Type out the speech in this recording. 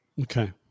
Okay